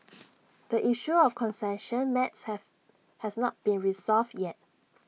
the issue of concession maps have has not been resolved yet